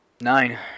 Nine